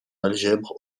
algèbre